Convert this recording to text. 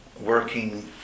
working